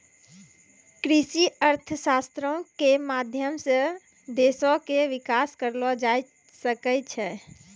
कृषि अर्थशास्त्रो के माध्यम से देशो के विकास करलो जाय सकै छै